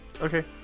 Okay